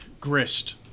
Grist